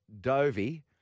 Dovey